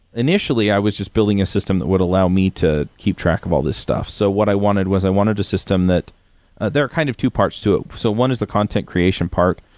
initially, i was just building a system that would allow me to keep track of all these stuff. so what i wanted was i wanted a system that there are kind of two parts to it. so one is the content creation part.